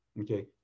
Okay